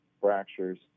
fractures